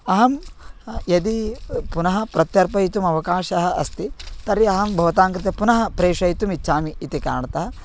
अहं यदि पुनः प्रत्यर्पयितुमवकाशः अस्ति तर्हि अहं भवतां कृते पुनः प्रेषयितुमिच्छामि इति कारणतः